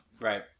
Right